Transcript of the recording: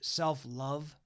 self-love